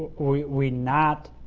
we we not